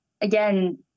again